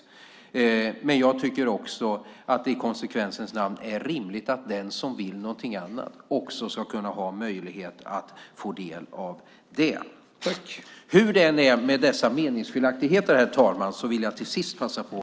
I konsekvensens namn tycker jag att det då även är rimligt att den som vill någonting annat ska ha möjlighet att få del av det. Hur det än är med dessa meningsskiljaktigheter, herr talman, vill jag passa på att önska alla närvarande en riktigt god jul.